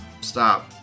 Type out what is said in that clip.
Stop